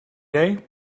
day